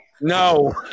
No